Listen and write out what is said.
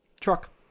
Truck